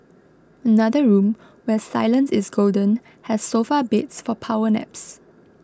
another room where silence is golden has sofa beds for power naps